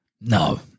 No